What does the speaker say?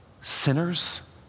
sinners